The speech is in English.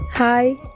Hi